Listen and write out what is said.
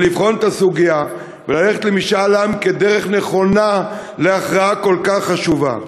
לבחון את הסוגיה וללכת למשאל עם כדרך נכונה להכרעה כל כך חשובה.